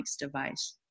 device